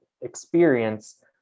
experience